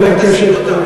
חבר הכנסת כהן,